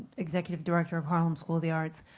executive director of harlem school of the arts.